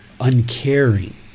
uncaring